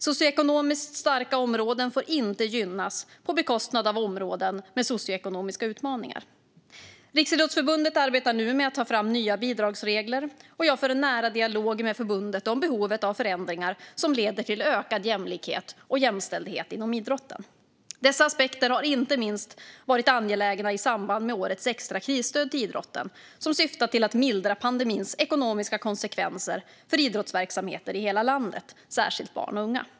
Socioekonomiskt starka områden får inte gynnas på bekostnad av områden med socioekonomiska utmaningar. Riksidrottsförbundet arbetar nu med att ta fram nya bidragsregler, och jag för en nära dialog med förbundet om behovet av förändringar som leder till ökad jämlikhet och jämställdhet inom idrotten. Dessa aspekter har inte minst varit angelägna i samband med årets extra krisstöd till idrotten som syftat till att mildra pandemins ekonomiska konsekvenser för idrottsverksamheter i hela landet, särskilt för barn och unga.